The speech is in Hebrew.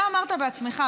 אתה אמרת בעצמך,